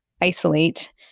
isolate